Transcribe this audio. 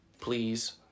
Please